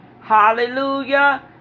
hallelujah